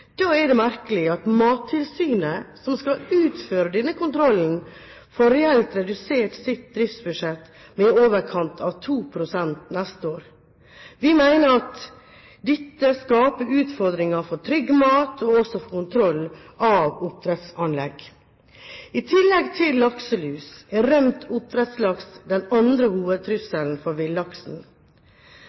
Da er det merkelig at Mattilsynet, som skal utføre denne kontrollen, får reelt redusert sitt driftsbudsjett med i overkant av 2 pst. neste år. Vi mener at dette skaper utfordringer for trygg mat og også for kontroll av oppdrettsanlegg. I tillegg til lakselus er rømt oppdrettslaks den andre hovedtrusselen for villaksen.